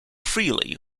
freely